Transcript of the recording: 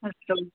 अस्तु